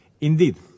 Indeed